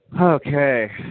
Okay